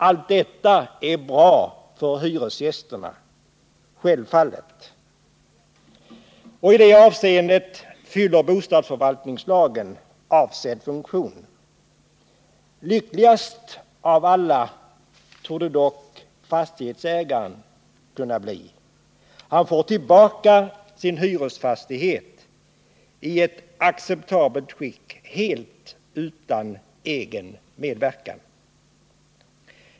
Allt detta är självfallet bra för hyresgästerna, och i det avseendet fyller bostadsförvaltningslagen avsedd funktion. Lyckligast av alla torde dock fastighetsägaren kunna bli. Han får tillbaka sin hyresfastighet i acceptabelt skick, helt utan egen medverkan.